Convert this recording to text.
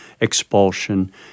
expulsion